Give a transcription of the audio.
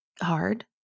hard